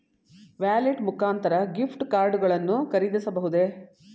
Wallet ಮುಖಾಂತರ gift card ಗಳನ್ನು ಖರೀದಿಸಬಹುದೇ?